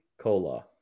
cola